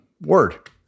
Word